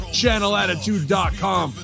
channelattitude.com